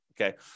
Okay